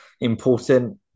important